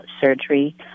surgery